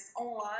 online